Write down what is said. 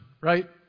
right